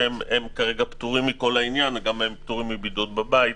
הם כרגע פטורים מכל העניין ופטורים מבידוד בבית?